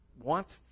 wants